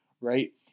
right